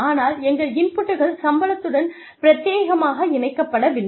ஆனால் எங்கள் இன்புட்கள் சம்பளத்துடன் பிரத்தியேகமாக இணைக்கப்படவில்லை